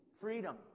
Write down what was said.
freedom